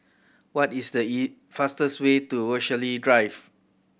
what is the fastest way to Rochalie Drive